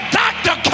doctor